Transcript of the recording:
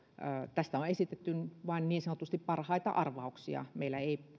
tästä on on esitetty vain niin sanotusti parhaita arvauksia meillä ei